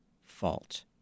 fault